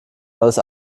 alles